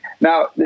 Now